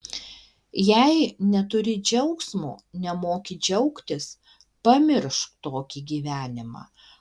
jei neturi džiaugsmo nemoki džiaugtis pamiršk tokį gyvenimą